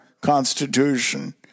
Constitution